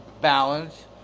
balance